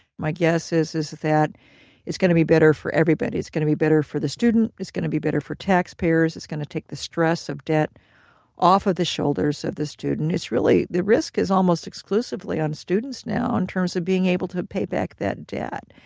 my guess is is that it's going to be better for everybody it's going to be better for the student, it's going to be better for taxpayers, it's going to take the stress of debt off of the shoulders of the student. it's really, the risk is almost exclusively on students now, in terms of being able to pay back that debt.